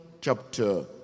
chapter